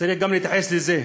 צריך להתייחס גם לזה.